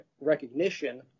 recognition